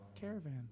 Caravan